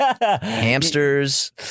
Hamsters